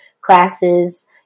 classes